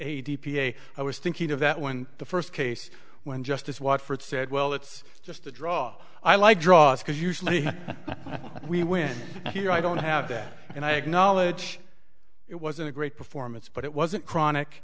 a d p a i was thinking of that when the first case when justice watford said well it's just a draw i like draws because usually we win here i don't have that and i acknowledge it wasn't a great performance but it wasn't chronic